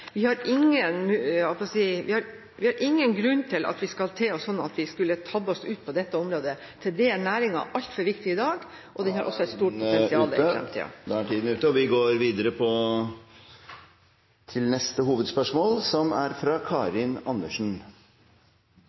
grunn til å te oss sånn at vi kan tabbe oss ut på dette området. Til det er næringen altfor viktig i dag, og den vil også ha et stort potensial i fremtiden. Vi går til neste hovedspørsmål. Mitt spørsmål går til kommunal- og moderniseringsminister Sanner. De som har fått de største kuttene i årets budsjett, er